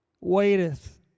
Waiteth